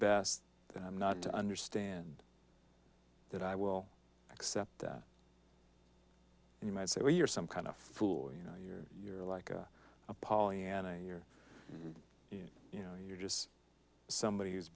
best not to understand that i will accept that you might say well you're some kind of fool you know you're you're like a pollyanna you're you know you're just somebody who's